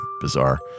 bizarre